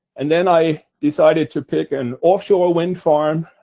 and then, i decided to pick an offshore windfarm